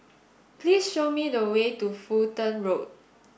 please show me the way to Fulton Road